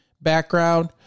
background